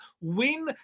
win